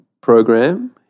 program